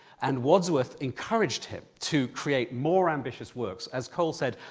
and wadsworth encouraged him to create more ambitious works. as cole said,